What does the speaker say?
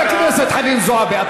חברת הכנסת חנין זועבי,